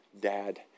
dad